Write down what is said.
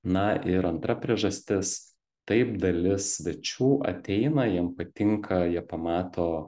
na ir antra priežastis taip dalis svečių ateina jiem patinka jie pamato